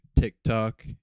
TikTok